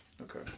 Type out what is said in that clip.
okay